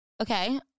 Okay